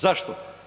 Zašto?